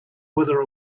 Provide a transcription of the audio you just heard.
wither